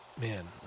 man